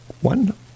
one